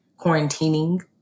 quarantining